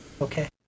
Okay